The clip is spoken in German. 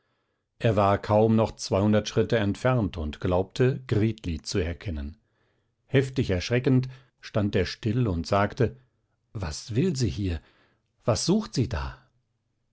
er war kaum noch zweihundert schritte entfernt und glaubte gritli zu erkennen heftig erschreckend stand er still und sagte was will sie hier was sucht sie da